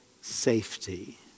safety